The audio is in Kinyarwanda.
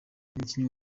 umukinnyi